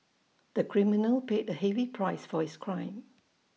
the criminal paid A heavy price for his crime